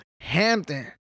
Hampton